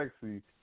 sexy